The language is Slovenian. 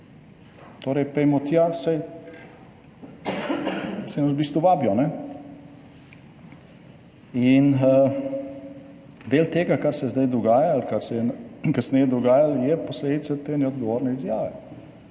torej pojdimo tja, saj nas v bistvu vabijo, ne? In del tega, kar se zdaj dogaja ali kar se je kasneje dogajalo, je posledica te neodgovorne izjave